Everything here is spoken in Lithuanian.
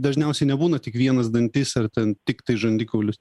dažniausiai nebūna tik vienas dantis ar ten tiktai žandikaulis